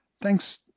Thanks